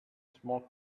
smoke